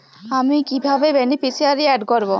আমি কিভাবে beneficiary add করব?